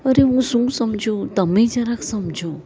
અરે હું શું સમજુ તમે જરાક સમજો